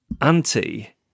auntie